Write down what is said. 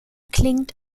klingt